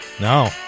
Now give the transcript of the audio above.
No